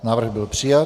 Návrh byl přijat.